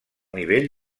nivell